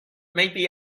maybe